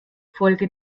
folge